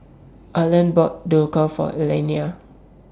Arlen bought Dhokla For Elaina